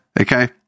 okay